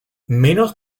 menos